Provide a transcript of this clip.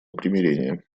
примирения